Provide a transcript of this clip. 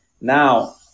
Now